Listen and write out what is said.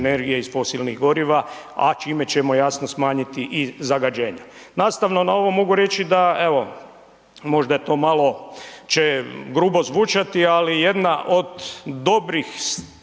energije iz fosilnih goriva, a čime ćemo jasno smanjiti i zagađenja. Nastavno na ovo mogu reći da evo možda to malo će grubo zvučati, ali jedna od dobrih strana